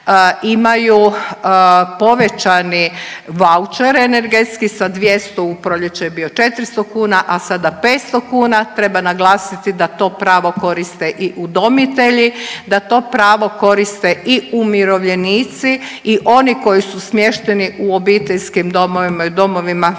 imaju povećani vaučer energetski sa 200 u proljeće je bio 400 kuna, a sada 500 kuna. Treba naglasiti da to pravo koriste i udomitelji, da to pravo koriste i umirovljenici i oni koji su smješteni u obiteljskim domovima i domovima